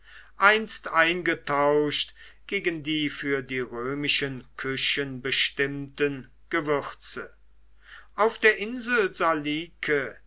einst eingetauscht gegen die für die römischen küchen bestimmten gewürze auf der insel salike